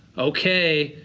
okay,